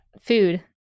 Food